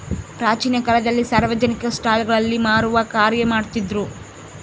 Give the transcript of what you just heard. ಪ್ರಾಚೀನ ಕಾಲದಲ್ಲಿ ಸಾರ್ವಜನಿಕ ಸ್ಟಳಗಳಲ್ಲಿ ಮಾರುವ ಕಾರ್ಯ ಮಾಡ್ತಿದ್ರು